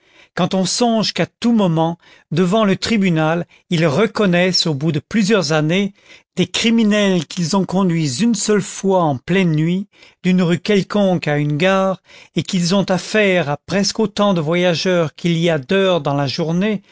quand on songe qu'à tout moment devant le tribunal ils reconnaissent au bout de plusieurs années des criminels qu'ils ont conduits une seule fois en pleine nuit d'une rue quelconque à une gare et qu'ils ont affaire à presque autant de voyageurs qu'il y a d'heures dans la journée